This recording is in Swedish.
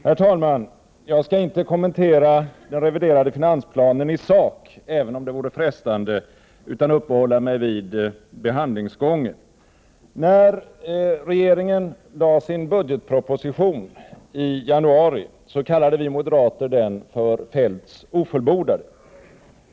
Herr talman! Jag skall inte kommentera den reviderade finansplanen i sak, även om det vore frestande, utan uppehålla mig vid behandlingsgången. När regeringen lade fram sin budgetproposition i januari kallade vi moderater den för Feldts ofullbordade.